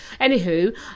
Anywho